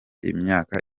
imyaka